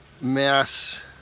mass